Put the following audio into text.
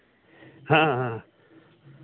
हाँ हाँ